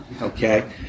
Okay